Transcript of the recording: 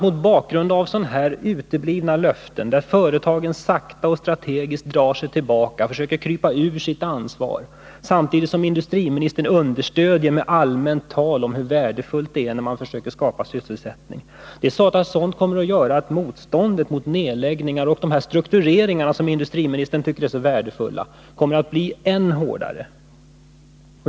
Mot bakgrund av dessa icke infriade löften och av att företagen sakta och strategiskt drar sig tillbaka och försöker smita undan sitt ansvar samtidigt som industriministern med allmänt tal om hur värdefullt det är att företagen försöker skapa sysselsättning understöder företagen, är det förståeligt att motståndet mot nedläggningar och de struktureringar som enligt industriministern är så viktiga kommer att bli än hårdare.